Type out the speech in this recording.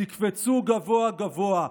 תקפצו גבוה גבוה.